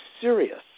serious